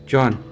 John